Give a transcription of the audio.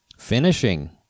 Finishing